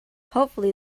hopefully